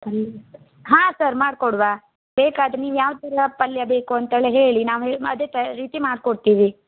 ಹಾಂ ಸರ್ ಮಾಡ್ಕೊಡುವ ಬೇಕಾದರೆ ನೀವು ಯಾವುದೆಲ್ಲ ಪಲ್ಯ ಬೇಕು ಅಂತೆಲ್ಲ ಹೇಳಿ ನಾವು ಹೆ ಅದೇ ತ ರೀತಿ ಮಾಡ್ಕೊಡ್ತೀವಿ